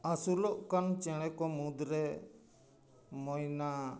ᱟᱹᱥᱩᱞᱚᱜ ᱠᱟᱱ ᱪᱮᱬᱮ ᱠᱚ ᱢᱩᱫᱽᱨᱮ ᱢᱚᱭᱱᱟ